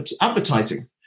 advertising